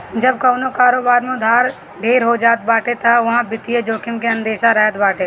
जब कवनो कारोबार में उधार ढेर हो जात बाटे तअ उहा वित्तीय जोखिम के अंदेसा रहत बाटे